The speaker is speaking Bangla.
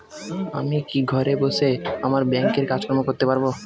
আমি কি ঘরে বসে আমার ব্যাংকের কাজকর্ম করতে পারব?